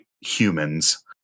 humans